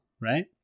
right